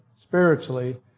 spiritually